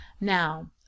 Now